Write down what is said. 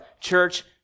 Church